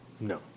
No